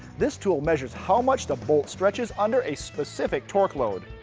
this tool measures how much the bolt stretches under a specific torque load.